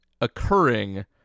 occurring